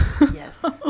yes